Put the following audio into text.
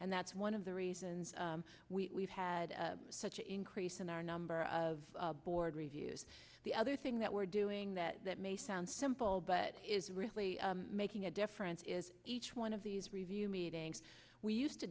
and that's one of the reasons we've had such an increase in our number of board reviews the other thing that we're doing that that may sound simple but is really making a difference is each one of these review meetings we used to